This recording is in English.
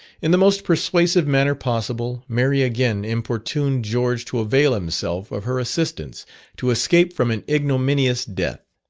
in the most persuasive manner possible, mary again importuned george to avail himself of her assistance to escape from an ignominious death.